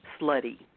slutty